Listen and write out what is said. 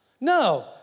no